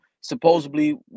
supposedly